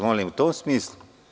Molim vas u tom smislu.